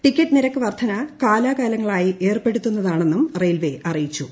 ticket നിരക്ക് വർദ്ധന കാലാകാലങ്ങളായി ഏർപ്പെടുത്തുന്നതാണെന്നും റെയിൽവേ അറിയിച്ചു